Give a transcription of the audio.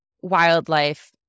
wildlife